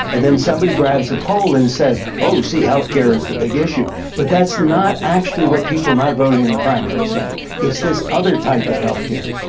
and then somebody grabs a poll and says oh, see health care is the big issue. but that's not actually what people not voting in the primary say. it's this other type of health care.